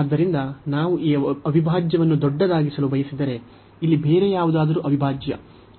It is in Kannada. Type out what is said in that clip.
ಆದ್ದರಿಂದ ನಾವು ಈ ಅವಿಭಾಜ್ಯವನ್ನು ದೊಡ್ಡದಾಗಿಸಲು ಬಯಸಿದರೆ ಇಲ್ಲಿ ಬೇರೆ ಯಾವುದಾದರೂ ಅವಿಭಾಜ್ಯ